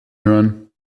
hören